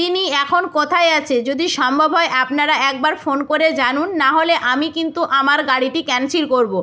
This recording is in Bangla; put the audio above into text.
তিনি এখন কোথায় আছে যদি সম্ভব হয় আপনারা একবার ফোন করে জানুন নাহলে আমি কিন্তু আমার গাড়িটি ক্যান্সেল করব